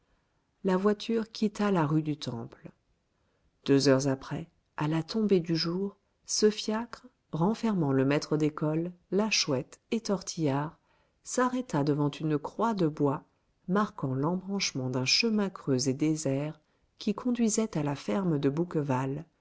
la voiture quitta la rue du temple deux heures après à la tombée du jour ce fiacre renfermant le maître d'école la chouette et tortillard s'arrêta devant une croix de bois marquant l'embranchement d'un chemin creux et désert qui conduisait à la ferme de bouqueval